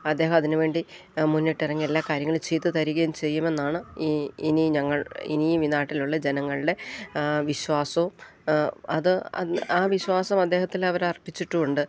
അദ്ദേഹം അതിനുവേണ്ടി മുന്നിട്ടിറങ്ങി എല്ലാ കാര്യങ്ങളും ചെയ്തുതരികയും ചെയ്യുമെന്നാണ് ഈ ഇനി ഞങ്ങൾ ഇനിയും ഈ നാട്ടിലുള്ള ജനങ്ങളുടെ വിശ്വാസവും അത് ആ വിശ്വാസം അദ്ദേഹത്തിൽ അവരർപ്പിച്ചിട്ടുമുണ്ട്